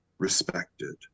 Respected